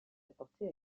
apportée